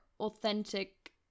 authentic